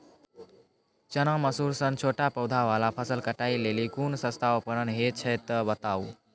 चना, मसूर सन छोट पौधा वाला फसल कटाई के लेल कूनू सस्ता उपकरण हे छै तऽ बताऊ?